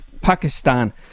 Pakistan